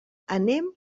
anem